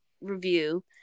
review